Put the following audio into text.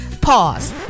Pause